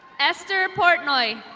ester portnoy.